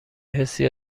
حسی